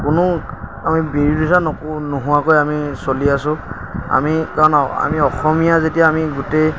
কোনো আমি বিৰোধিতা নকৰোঁ নোহোৱাকৈ আমি চলি আছো আমি কাৰণ আমি অসমীয়া যেতিয়া আমি গোটেই